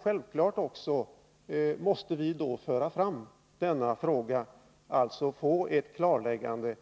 Självfallet måste vi då föra fram denna fråga, så att vi får ett klarläggande.